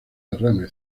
derrame